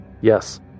Yes